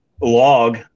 log